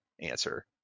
answer